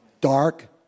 Dark